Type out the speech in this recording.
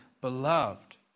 Beloved